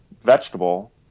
vegetable